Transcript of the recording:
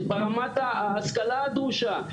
ברמת ההשכלה הדרושה,